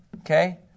okay